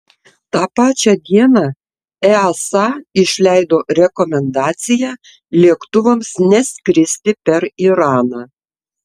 tą pačią dieną easa išleido rekomendaciją lėktuvams neskristi per iraną